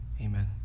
amen